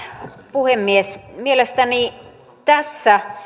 puhemies mielestäni tässä